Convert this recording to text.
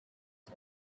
her